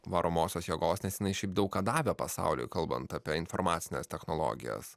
varomosios jėgos nes jinai šiaip daug ką davė pasauliui kalbant apie informacines technologijas